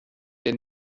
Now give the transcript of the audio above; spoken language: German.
der